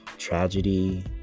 tragedy